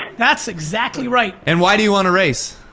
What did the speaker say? that's exactly right. and why do you wanna race?